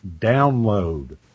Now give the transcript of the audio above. download